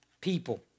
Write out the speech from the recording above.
people